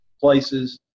places